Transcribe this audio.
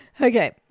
Okay